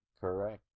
Correct